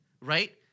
right